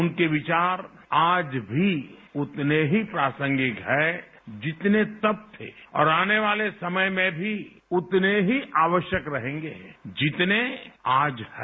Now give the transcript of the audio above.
उनके विचार आज भी उतने ही प्रासंगिक हैं जितने तब थे और आने वाले समय में भी उतने ही आवश्यक रहेंगे जितने आज हैं